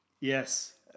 Yes